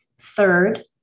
Third